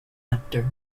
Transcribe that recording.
actor